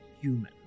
human